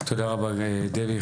תודה רבה, דבי.